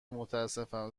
متاسفم